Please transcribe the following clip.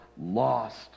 lost